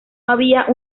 había